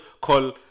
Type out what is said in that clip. call